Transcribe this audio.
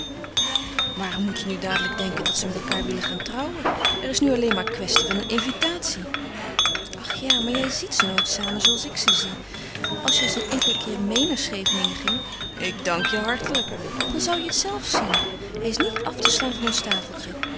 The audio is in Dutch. waarom moet je nu dadelijk denken dat ze met elkaâr willen gaan trouwen er is nu alleen maar kwestie van een invitatie ach ja maar jij ziet ze nooit samen zooals ik ze zie als je eens een enkelen keer meê naar scheveningen ging ik dank je hartelijk dan zou je het zelf zien hij is niet af te slaan van ons tafeltje